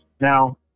now